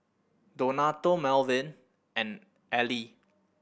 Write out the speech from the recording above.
Donato Melvin and Ally